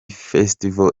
festival